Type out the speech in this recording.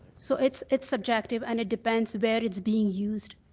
so it's it's subjective and it depends where it's being used.